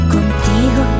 Contigo